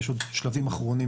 יש עוד שלבים אחרונים